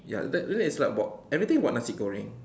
ya that that is like about everything about nasi goreng